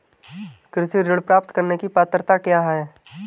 कृषि ऋण प्राप्त करने की पात्रता क्या है?